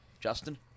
Justin